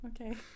Okay